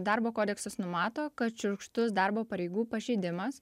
darbo kodeksas numato kad šiurkštus darbo pareigų pažeidimas